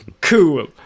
Cool